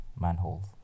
manholes